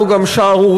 זה גם שערורייה,